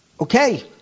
Okay